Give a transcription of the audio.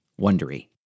Wondery